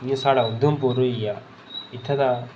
जि'यां साढ़ा उधमपुर होई गेआ